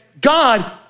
God